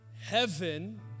heaven